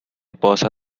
posa